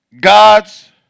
God's